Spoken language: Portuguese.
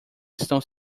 estão